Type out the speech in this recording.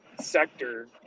sector